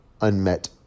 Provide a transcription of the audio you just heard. unmet